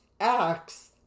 Acts